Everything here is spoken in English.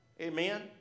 Amen